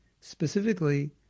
specifically